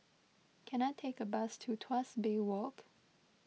can I take a bus to Tuas Bay Walk